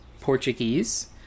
portuguese